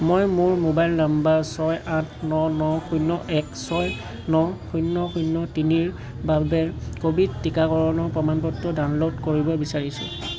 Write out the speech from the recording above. মই মোৰ ম'বাইল নম্বৰ ছয় আঠ ন ন শূন্য এক ছয় ন শূন্য শূন্য তিনিৰ বাবে ক'ভিড টীকাকৰণৰ প্ৰমাণপত্ৰ ডাউনল'ড কৰিব বিচাৰিছোঁ